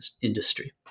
industry